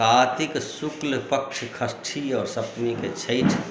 कार्तिक शुक्ल पक्ष षष्ठी आओर सप्तमीके छठि